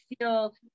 feel